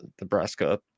Nebraska